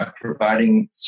providing